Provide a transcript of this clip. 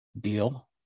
deal